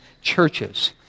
churches